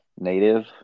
native